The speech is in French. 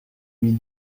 mis